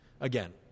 Again